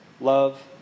Love